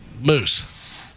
Moose